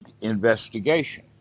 Investigation